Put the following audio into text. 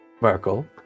Merkel